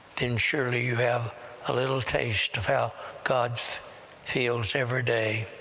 then surely you have a little taste of how god feels every day.